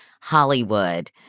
Hollywood